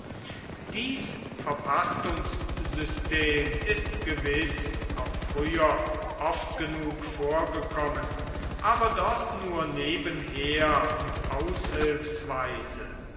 dies verpachtungssystem ist gewiß auch früher oft genug vorgekommen aber doch nur nebenher und